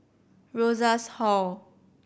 Rosas Hall